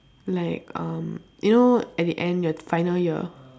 like um you know at the end your final year